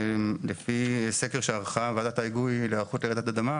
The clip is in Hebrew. לפי סקר שערכה ועדת ההיגוי להיערכות לרעידת אדמה